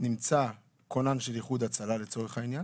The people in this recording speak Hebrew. נמצא כונן של איחוד הצלה, לצורך העניין,